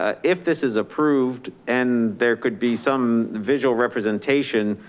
ah if this is approved and there could be some visual representation,